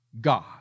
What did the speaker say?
God